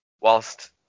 whilst